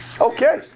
Okay